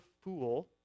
fool